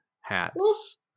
hats